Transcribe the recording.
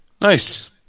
nice